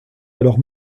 alors